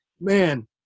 man